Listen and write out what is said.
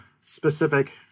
specific